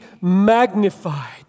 magnified